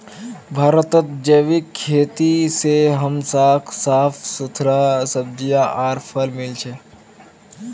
भारतत जैविक खेती से हमसाक साफ सुथरा सब्जियां आर फल मिल छ